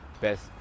Best